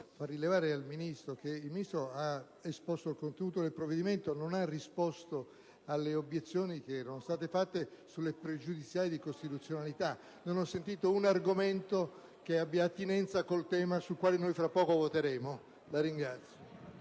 far rilevare al Ministro che egli ha esposto il contenuto del provvedimento, ma non ha risposto alle obiezioni che erano state fatte sulle pregiudiziali di costituzionalità. Non ho sentito un argomento che abbia attinenza col tema sul quale noi fra poco voteremo. *(Applausi